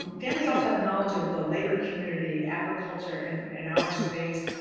um families also have knowledge of the labor community, agriculture and in our space,